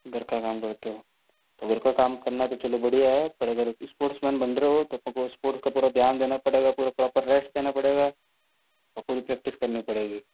घर का काम करते हो तो घर का काम करना तो चलो बढ़िया है पर अगर स्पोर्टसमेन बन रहे हो तो स्पोर्ट्स का पूरा ध्यान रखना पडे़गा पूरा प्रॉपर रेस्ट करना पडे़गा और पूरी प्रैक्टिस करनी पडे़गी